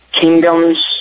kingdoms